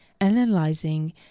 analyzing